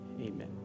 amen